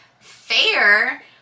fair